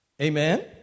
Amen